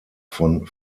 von